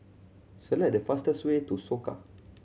select the fastest way to Soka